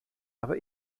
aber